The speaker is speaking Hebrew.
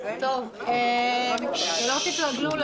יש פה הצבעה פה אחד.